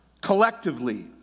collectively